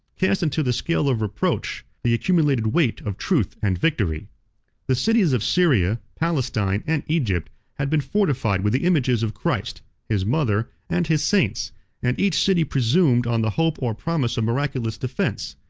cast into the scale of reproach the accumulated weight of truth and victory the cities of syria, palestine, and egypt had been fortified with the images of christ, his mother, and his saints and each city presumed on the hope or promise of miraculous defence.